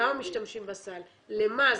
כמה משתמשים בסל, למה.